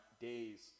days